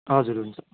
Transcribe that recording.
हजुर हुन्छ